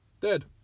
Dead